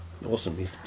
Awesome